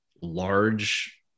large